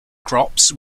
crops